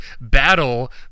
battle